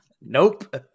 Nope